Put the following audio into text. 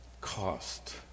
cost